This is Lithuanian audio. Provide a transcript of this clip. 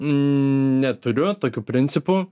neturiu tokių principų